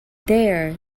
there